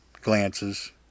glances